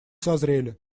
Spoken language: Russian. созрели